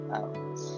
out